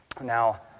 Now